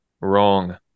wrong